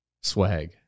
Swag